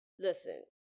listen